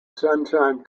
sunshine